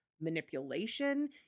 manipulation